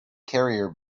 carrier